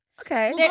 Okay